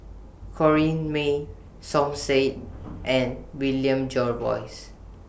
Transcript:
Corrinne May Som Said and William Jervois